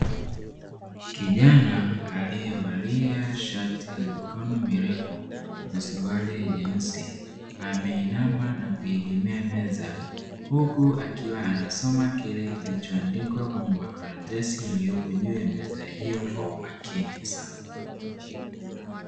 Kijana aliyevalia shati la mikono mirefu na suruali nyeusi ameinama na kuiegemea meza, huku akiwa anasoma kile kilichoandikwa kwenye makaratasi yaliyopo juu ya meza hiyo kwa umakini sana.